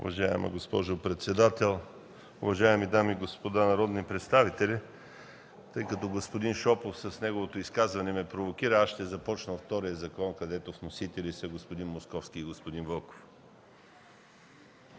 Уважаема госпожо председател, уважаеми дами и господа народни представители, тъй като господин Шопов ме провокира с изказването си, аз ще започна от втория закон, където вносители са господин Московски и господин Вълков.